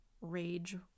rage